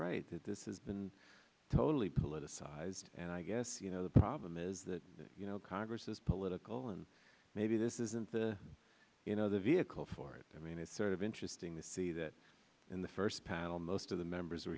right that this has been totally politicized and i guess you know the problem is that you know congress is political and maybe this isn't the you know the vehicle for i mean it's sort of interesting to see that in the first panel most of the members are